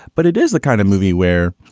but it is the kind of movie where.